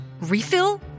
refill